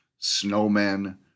snowmen